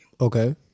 Okay